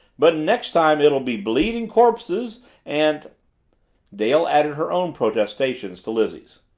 but next time it'll be bleeding corpses and dale added her own protestations to lizzie's.